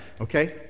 okay